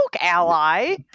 Ally